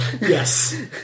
Yes